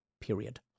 Period